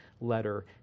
letter